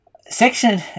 section